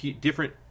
different